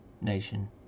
nation